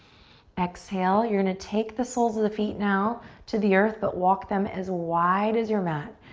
exhale, you're gonna take the soles of the feet now to the earth, but walk them as wide as your mat.